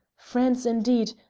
france, indeed!